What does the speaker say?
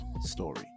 story